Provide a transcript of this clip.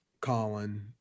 Colin